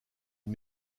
une